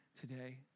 today